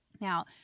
Now